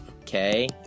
Okay